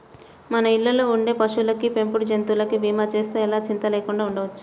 మన ఇళ్ళల్లో ఉండే పశువులకి, పెంపుడు జంతువులకి భీమా చేస్తే ఎలా చింతా లేకుండా ఉండొచ్చు